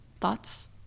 Thoughts